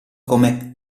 come